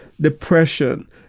depression